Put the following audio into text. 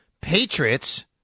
Patriots